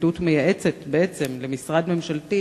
שהפרקליטות מייעצת בעצם למשרד ממשלתי